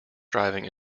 driving